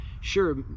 Sure